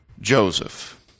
Joseph